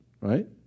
right